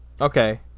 okay